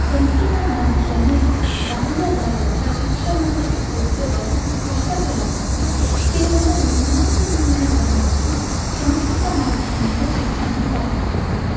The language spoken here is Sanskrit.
संस्कृतमाध्यमे बाल्यादारभ्य शिक्षणम् इत्युक्ते बहुकष्टकरम् अस्ति केवलं न्यूनातिन्यूनजनाः संस्कृतमाध्यमेन शिक्षणं प्राप्नुवन्ति